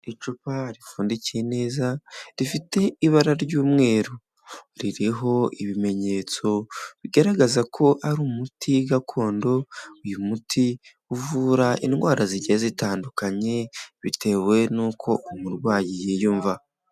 Icupa ripfundikiye neza rifite ibara ry'umweru, ririho ibimenyetso bigaragaza ko ari umuti gakondo, uyu muti uvura indwara zigiye zitandukanye bitewe n'uko umurwayi yiyumva.